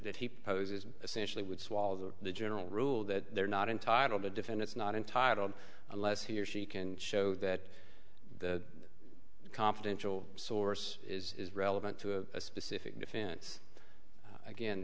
that he poses essentially would swallow the general rule that they're not entitled to defend it's not entitled unless he or she can show that the confidential source is relevant to a specific defense again